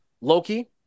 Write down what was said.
Loki